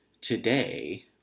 today